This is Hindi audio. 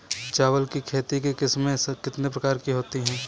चावल की खेती की किस्में कितने प्रकार की होती हैं?